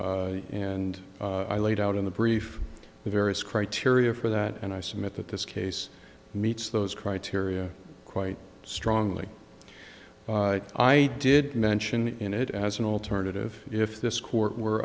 judge and i laid out in the brief the various criteria for that and i submit that this case meets those criteria quite strongly i did mention in it as an alternative if this court were